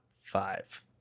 five